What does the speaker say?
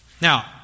Now